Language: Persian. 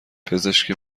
پزشک